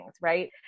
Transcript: right